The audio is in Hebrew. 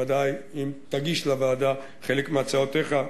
ובוודאי אם תגיש לוועדה חלק מהצעותיך,